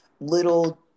little